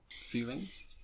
feelings